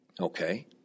Okay